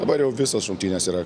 dabar jau visos rungtynės yra